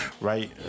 right